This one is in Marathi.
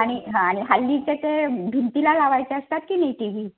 आणि हां आणि हल्लीचे ते भिंतीला लावायचे असतात की नाही टी व्ही